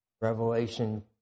Revelation